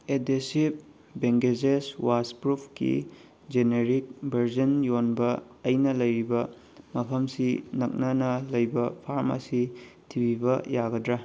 adhesive bandages ꯋꯥꯁꯄ꯭ꯔꯨꯐꯀꯤ generic version ꯌꯣꯟꯕ ꯑꯩꯅ ꯂꯩꯔꯤꯕ ꯃꯐꯝꯁꯤ ꯅꯛꯅꯅ ꯂꯩꯕ ꯐꯥꯔꯃꯥꯁꯤ ꯊꯤꯕꯤꯕ ꯌꯥꯒꯗ꯭ꯔ